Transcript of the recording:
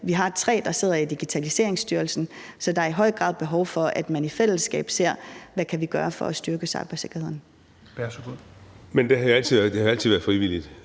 Vi har tre, der sidder i Digitaliseringsstyrelsen, så der er i høj grad behov for, at man i fællesskab ser på, hvad vi kan gøre for at styrke cybersikkerheden.